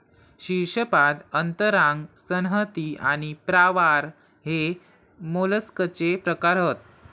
शीर्शपाद अंतरांग संहति आणि प्रावार हे मोलस्कचे प्रकार हत